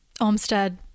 Olmstead